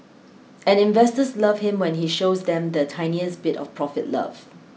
and investors love him when he shows them the tiniest bit of profit love